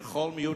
ככל מיעוט,